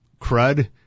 crud